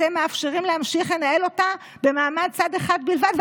אתם מאפשרים להמשיך לנהל אותה במעמד צד אחד בלבד.